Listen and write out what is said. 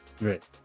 Right